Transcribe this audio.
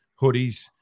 hoodies